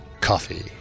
coffee